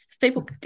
People